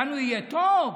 איתנו יהיה טוב?